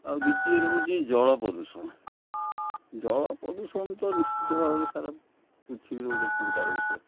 ଆଉ ଦ୍ୱିତୀୟରେ ହେଉଛି ଜଳ ପ୍ରଦୂଷଣ ଜଳ ପ୍ରଦୂଷଣ ତ ନିଶ୍ଚିତ ଭାବରେ ସାରା ପୃଥିବୀର ଗୋଟେ ଚିନ୍ତାର ବିଷୟ